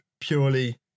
purely